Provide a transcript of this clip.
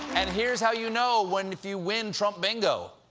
and here's how you know when you win trump bingo.